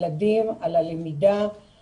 יום בכל שיעור לעלות לזום ולהיות תלמיד לא